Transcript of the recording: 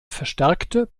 verstärkte